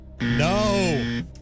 No